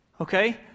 Okay